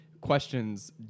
questions